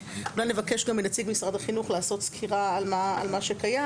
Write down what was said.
אולי נבקש מנציג משרד החינוך לעשות סקירה על מה שקיים.